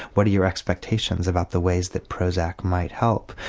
what are your expectations about the ways that prozac might help.